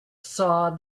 saw